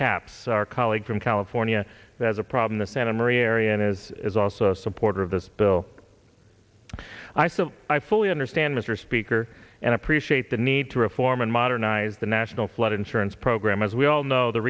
capps our colleague from california as a problem the santa maria area and is is also a supporter of this bill i so i fully understand mr speaker and appreciate the need to reform and modernize the national flood insurance program as we all know the